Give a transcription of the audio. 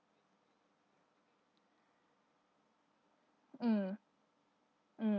mm mm